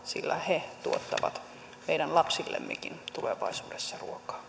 sillä he tuottavat meidän lapsillemmekin tulevaisuudessa